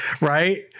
right